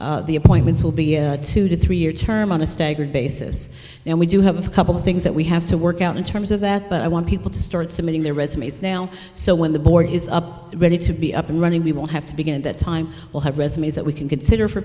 city the appointments will be a two to three year term on a staggered basis and we do have a couple of things that we have to work out in terms of that but i want people to start submitting their resumes now so when the board is up ready to be up and running we will have to begin that time will have resumes that we can consider for